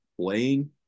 playing